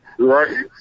Right